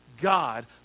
god